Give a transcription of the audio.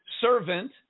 servant